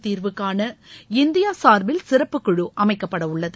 தீர்வுகாண இந்தியா சார்பில் சிறப்பு குழு அமைக்கப்பட உள்ளது